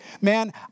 Man